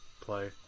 play